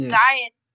diet